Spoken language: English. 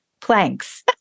planks